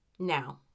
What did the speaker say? Now